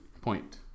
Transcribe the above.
Point